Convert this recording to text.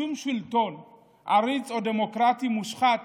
שום שלטון עריץ או דמוקרטי מושחת